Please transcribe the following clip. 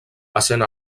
essent